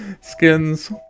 Skins